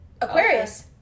Aquarius